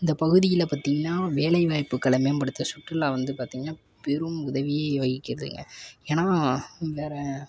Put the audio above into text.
இந்த பகுதியில் பார்த்திங்கன்னா வேலை வாய்ப்புக்களை மேம்படுத்த சுற்றுலா வந்து பார்த்திங்கன்னா பெரும் உதவியை வகிக்கிதுங்க ஏன்னா வேறு